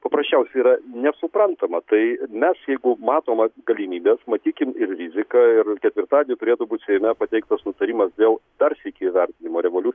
paprasčiausia yra nesuprantama tai mes jeigu matoma galimybes matykim ir riziką ir ketvirtadienį turėtų būt seime pateiktas nutarimas dėl darsyk įvertinimo revolut